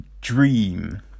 dream